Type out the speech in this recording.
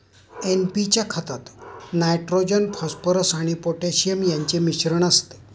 NP च्या खतात nitrogen, phosphorus आणि पोटॅशियम यांचे मिश्रण असते